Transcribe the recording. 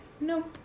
No